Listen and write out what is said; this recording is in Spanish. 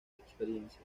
experiencia